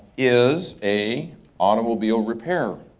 is a automobile repair